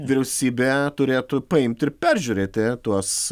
vyriausybė turėtų paimt ir peržiūrėti tuos